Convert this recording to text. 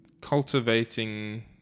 cultivating